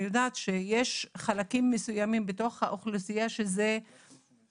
אני יודעת שיש חלקים מסוימים בתוך האוכלוסייה שזה